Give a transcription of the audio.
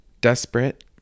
Desperate